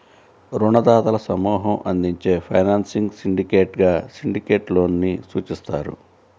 రుణదాతల సమూహం అందించే ఫైనాన్సింగ్ సిండికేట్గా సిండికేట్ లోన్ ని సూచిస్తారు